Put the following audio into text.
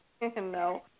No